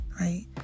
right